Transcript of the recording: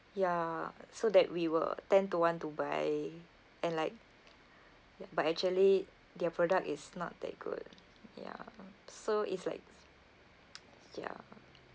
ya so that we will tend to want to buy and like but actually their product is not that good ya so it's like ya